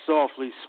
Softly